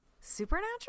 supernatural